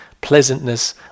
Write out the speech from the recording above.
pleasantness